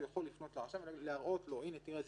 הוא יכול לפנות לרשם ולהראות לו: הינה תראה,